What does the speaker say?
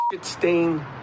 stain